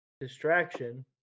distraction